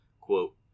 quote